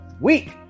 week